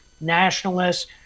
Nationalists